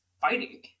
fighting